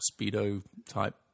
speedo-type